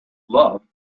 love